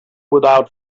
without